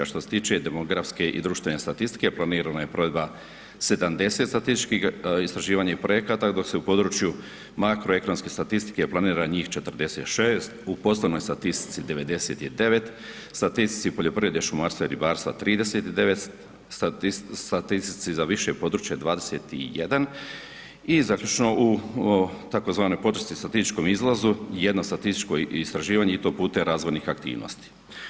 Što se tiče demografske i društvene statistike, planirana je provedba 70 statističkih istraživanja i projekata, dok se u području makroekonomske statistike planira njih 46, u poslovnoj statistici 99, statistici u poljoprivredi, šumarstva i ribarstva 39, statistici za više područje 21 i zaključno u tzv. ... izlazu, jedno statističko istraživanje i to putem razvojnih aktivnosti.